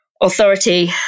authority